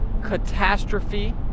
catastrophe